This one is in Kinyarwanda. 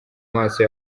maso